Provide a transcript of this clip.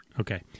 Okay